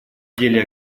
деле